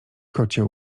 kocie